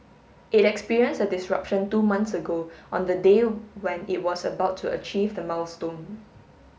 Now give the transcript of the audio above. it experienced a disruption two months ago on the day when it was about to achieve the milestone